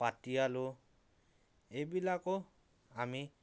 পাতি আলু এইবিলাকো আমি